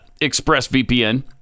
ExpressVPN